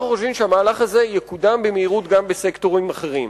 אנחנו חושבים שהמהלך הזה יקודם במהירות גם בסקטורים אחרים.